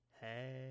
Hey